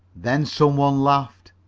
then some one laughed.